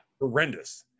horrendous